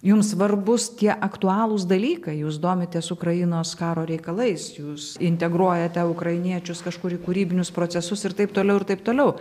jums svarbūs tie aktualūs dalykai jūs domitės ukrainos karo reikalais jūs integruojate ukrainiečius kažkur į kūrybinius procesus ir taip toliau ir taip toliau